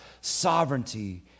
sovereignty